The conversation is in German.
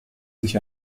sich